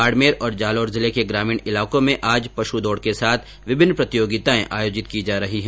बाड़मेर और जालौर जिले के ग्रामीण इलाकों में आज पश् दौड़ के साथ विभिन्न प्रतियोगिताएं आयोजित की जा रही है